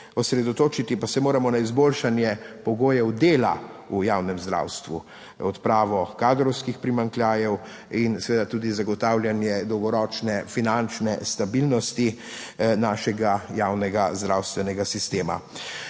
Osredotočiti pa se moramo na izboljšanje pogojev dela v javnem zdravstvu, odpravo kadrovskih primanjkljajev in seveda tudi zagotavljanje dolgoročne finančne stabilnosti našega javnega zdravstvenega sistema.